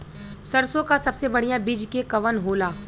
सरसों क सबसे बढ़िया बिज के कवन होला?